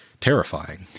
Terrifying